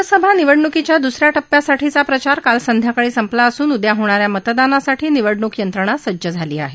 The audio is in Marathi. लोकसभा निवडणुकीच्या दुस या टप्प्यासाठीचा प्रचार काल संध्याकाळी संपला असून उद्या होणा या मतदानासाठी निवडणूक यंत्रणा सज्ज झाली आहे